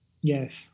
yes